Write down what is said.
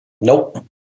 Nope